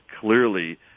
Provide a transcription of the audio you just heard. clearly